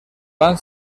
van